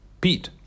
Pete